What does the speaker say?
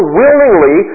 willingly